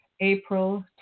April